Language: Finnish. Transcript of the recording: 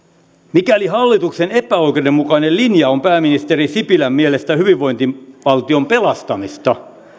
mikäli hallituksen epäoikeudenmukainen linja on pääministeri sipilän mielestä hyvinvointivaltion pelastamista